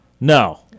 No